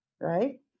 right